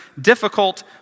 difficult